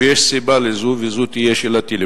ויש סיבה לזה, ולמעשה זו תהיה שאלתי: